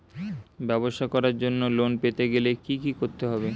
ব্যবসা করার জন্য লোন পেতে গেলে কি কি করতে হবে?